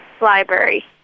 Library